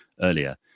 earlier